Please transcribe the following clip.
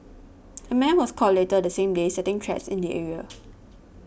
a man was caught later the same day setting traps in the area